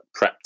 prepped